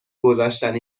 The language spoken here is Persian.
گذشتن